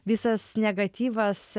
visas negatyvas